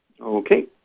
Okay